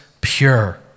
pure